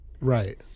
Right